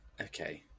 Okay